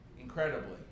incredibly